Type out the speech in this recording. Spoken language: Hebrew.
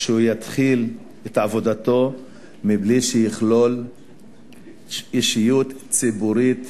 שהוא יתחיל את עבודתו בלי שיכלול אישיות ציבורית